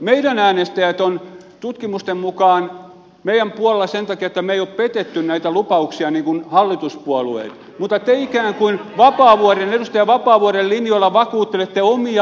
meidän äänestäjämme ovat tutkimusten mukaan meidän puolellamme sen takia että me emme ole pettäneet näitä lupauksia niin kuin hallituspuolueet mutta te ikään kuin edustaja vapaavuoren linjoilla vakuuttelette omianne